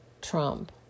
Trump